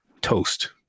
toast